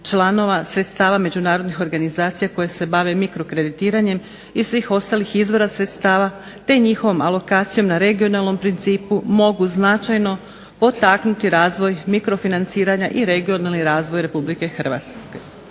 članova, sredstava međunarodnih organizacija koje se bave mikro kreditiranjem i svih ostalih izvora sredstava, te njihovom alokacijom na regionalnom principu mogu značajno potaknuti razvoj mikro financiranja i regionalni razvoj Republike Hrvatske.